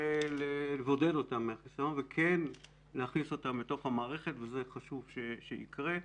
לבודד אותם מהחיסיון וכן להכניס אותם לתוך המערכת וזה חשוב שיקרה.